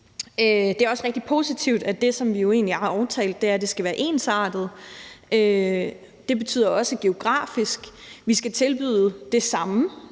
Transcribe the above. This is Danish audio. Det er også rigtig positivt, at det, som vi jo egentlig har aftalt, er, at det skal være ensartet. Det betyder også geografisk. Vi skal tilbyde det samme